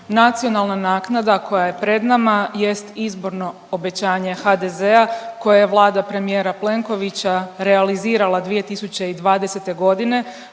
Nacionalna naknada koja je pred nama jest izborno obećanje HDZ-a koje je Vlada premijera Plenkovića realizirala 2020. godine,